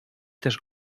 też